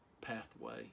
pathway